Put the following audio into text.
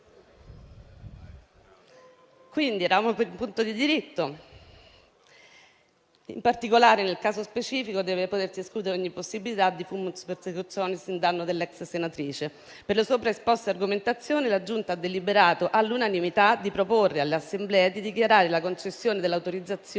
Quindi, eravamo al punto di diritto. In particolare, nel caso specifico, deve potersi escludere ogni possibilità di *fumus persecutionis* in danno dell'ex senatrice. Per le sopra esposte argomentazioni, la Giunta ha deliberato all'unanimità di proporre all'Assemblea di dichiarare la concessione dell'autorizzazione